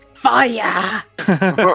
Fire